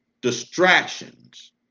Distractions